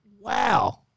Wow